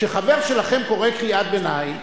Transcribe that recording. כשחבר שלכם קורא קריאת ביניים